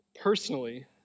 Personally